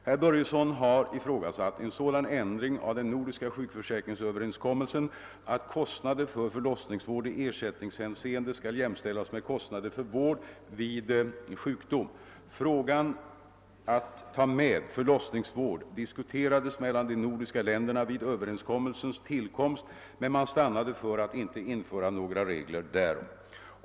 Herr Börjesson har ifrågasatt en sådan ändring av den nordiska sjukförsäkringsöverenskommelsen att kostnader för förlossningsvård i ersättningshänseende skall jämställas med kostnader för vård vid sjukdom. Frågan att ta med förlossningsvård diskuterades mellan de nordiska länderna vid överenskommelsens tillkomst, men man stannade för att inte införa några regler därom.